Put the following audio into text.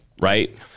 Right